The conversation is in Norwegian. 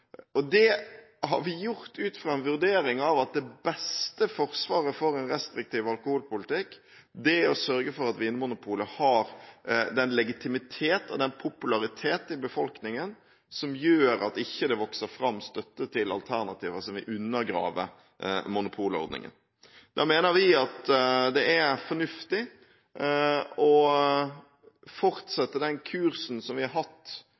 og det har vi gjort ut fra en vurdering av at det beste forsvaret for en restriktiv alkoholpolitikk er å sørge for at Vinmonopolet har en legitimitet og en popularitet i befolkningen som gjør at det ikke vokser fram støtte til alternativer som vil undergrave monopolordningen. Da mener vi at det er fornuftig å fortsette den kursen som vi har hatt